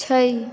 छै